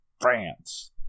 France